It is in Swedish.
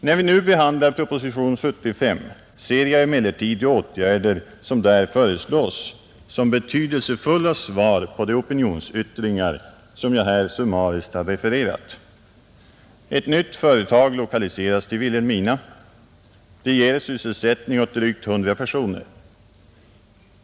När vi nu behandlar proposition nr 75 ser jag emellertid de åtgärder som däri föreslås som betydelsefulla svar på de opinionsyttringar som jag här summariskt refererat. Ett nytt företag lokaliseras till Vilhelmina. Det ger sysselsättning åt drygt 100 personer.